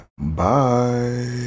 bye